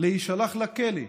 להישלח לכלא.